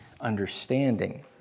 understanding